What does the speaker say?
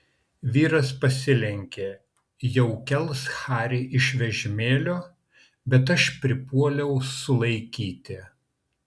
vyras pasilenkė jau kels harį iš vežimėlio bet aš pripuoliau sulaikyti